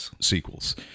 sequels